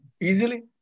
easily